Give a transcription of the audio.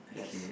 yes